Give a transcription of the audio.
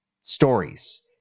stories